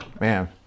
Man